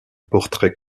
portrait